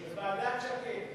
לוועדת שקד.